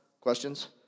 Questions